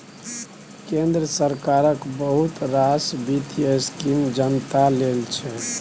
केंद्र सरकारक बहुत रास बित्तीय स्कीम जनता लेल छै